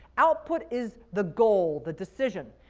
output is the goal, the decision.